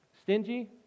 Stingy